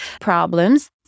problems